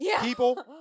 people